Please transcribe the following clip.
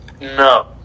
No